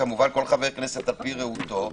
כמובן כל חבר כנסת על פי ראותו,